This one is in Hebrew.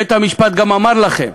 בית-המשפט גם אמר לכם